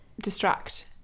distract